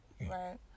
right